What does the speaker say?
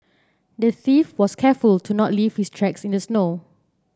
the thief was careful to not leave his tracks in the snow